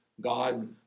God